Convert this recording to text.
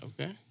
Okay